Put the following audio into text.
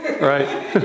Right